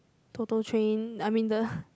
total train I mean the